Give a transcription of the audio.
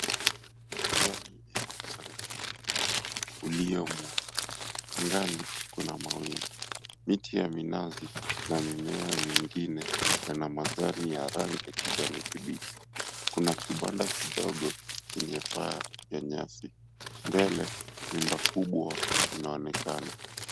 Pwani ina mchanga mingi ulio mweupe, angani kuna mawingu, miti ya minazi na mimea mingine yana majani ya rangi ya kijani kibichi, kuna kibanda kidogo chenye paa ya nyasi, mbele nyumba kubwa inaonekana.